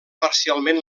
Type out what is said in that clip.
parcialment